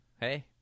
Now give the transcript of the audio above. Hey